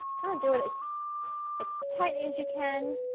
kind of do it as as tightly as you can